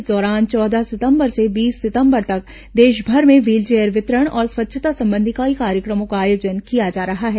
इस दौरान चौदह सितंबर से बीस सितंबर तक देशभर में व्हीलचेयर वितरण और स्वच्छता संबंधी कई कार्यक्रमों का आयोजन किया जा रहा है